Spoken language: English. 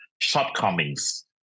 shortcomings